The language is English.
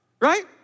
Right